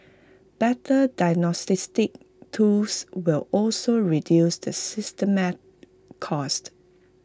better diagnostics tools will also reduce the systemic cost